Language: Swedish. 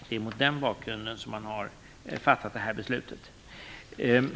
Det är mot den bakgrunden som man har fattat det här beslutet.